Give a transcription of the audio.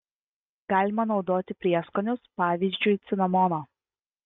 galima naudoti prieskonius pavyzdžiui cinamoną